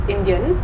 Indian